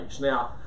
Now